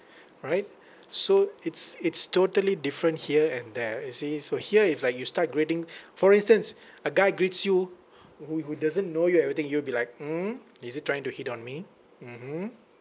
right so it's it's totally different here and there you see so here if like you start greeting for instance a guy greets you who who doesn't know you and everything you will be like mm is he trying to hit on me mmhmm